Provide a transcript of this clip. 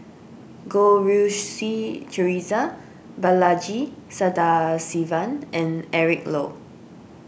Goh Rui Si theresa Balaji Sadasivan and Eric Low